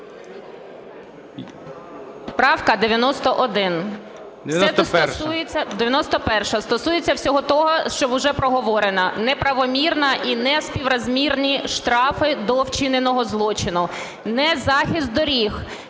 КЛИМЕНКО Ю.Л. 91-а стосується всього того, що уже проговорено, неправомірна і неспіврозмірні штрафи до вчиненого злочину, не захист доріг,